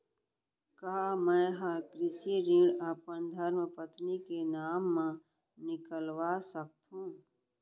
का मैं ह कृषि ऋण अपन धर्मपत्नी के नाम मा निकलवा सकथो?